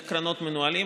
איך קרנות מנוהלות?